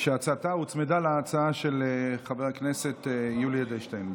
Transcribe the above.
שהצעתה הוצמדה להצעה של חבר הכנסת יולי אדלשטיין.